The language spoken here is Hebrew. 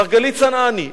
מרגלית צנעני.